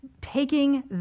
taking